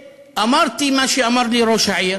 אמרתי מה שאמר לי ראש העיר